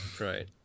right